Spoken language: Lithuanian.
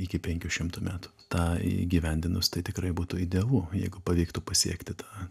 iki penkių šimtų metų tą įgyvendinus tai tikrai būtų idealu jeigu pavyktų pasiekti tą